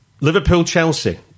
Liverpool-Chelsea